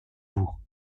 vous